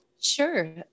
Sure